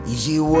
Easy